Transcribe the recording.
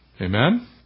Amen